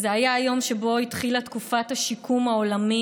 זה היה היום שבו התחילה תקופת השיקום העולמי